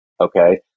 okay